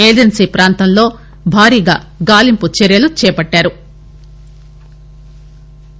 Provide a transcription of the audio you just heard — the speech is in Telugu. ఏజెన్సీ పాంతంలో భారీగా గాలింపు చర్యలు చేపట్గారు